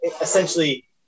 essentially